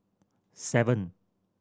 seven